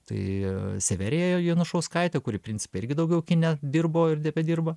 tai severija janušauskaitė kuri principe irgi daugiau kine dirbo ir tebedirba